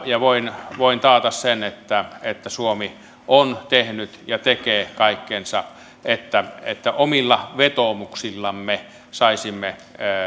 ja voin voin taata sen että että suomi on tehnyt ja tekee kaikkensa että että omilla vetoomuksillamme saisimme